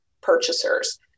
purchasers